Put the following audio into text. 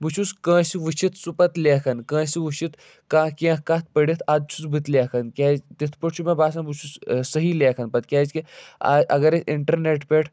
بہٕ چھُس کٲنٛسہِ وٕچھِتھ سُہ پتہٕ لیکھان کٲنٛسہِ وٕچھِتھ کانٛہہ کیٚنہہ کَتھ پٔڑِتھ اَدٕ چھُس بٔتہِ لیکھان کیٛازِ تِتھ پٲٹھۍ چھُ مےٚ باسان بہٕ چھُس صحیح لیکھان پتہٕ کیٛازِکہ اَگر أسۍ اِنٛٹَرنٮ۪ٹ پٮ۪ٹھ